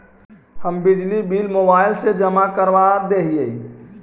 हम बिजली bill mobile से जमा करवा देहियै?